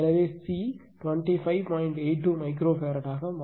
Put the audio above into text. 82 μF ஆக மாறும்